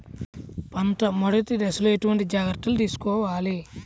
పంట మెదటి దశలో ఎటువంటి జాగ్రత్తలు తీసుకోవాలి?